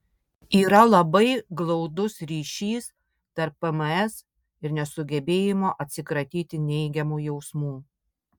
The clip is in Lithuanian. yra labai glaudus ryšys tarp pms ir nesugebėjimo atsikratyti neigiamų jausmų